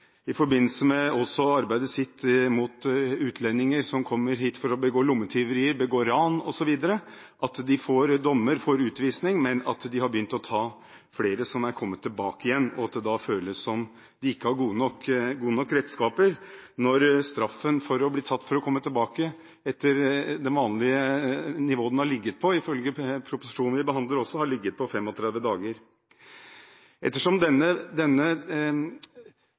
i forbindelse med sitt arbeid mot både utenlandske narkotikalangere og utlendinger som kommer hit for å begå lommetyverier, ran osv. De som blir tatt, får dommer, de får utvisning, men politiet har begynt å ta flere som har kommet tilbake igjen. Politiet sier det føles som om de ikke har gode nok redskaper når straffenivået for å bli tatt for å komme tilbake – i følge den proposisjonen vi behandler – ligger på 35 dager. Ettersom